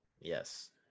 Yes